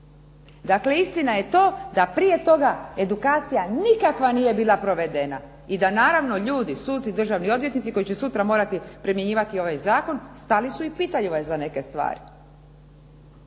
Dakle, istina je to da prije toga edukacija nikakva nije bila provedena i da naravno ljudi, suci, državni odvjetnici koji će sutra morati primjenjivati ovaj zakon stali su i pitaju za neke stvari.